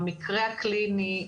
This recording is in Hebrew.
המקרה הקליני,